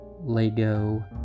Lego